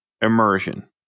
immersion